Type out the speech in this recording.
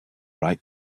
right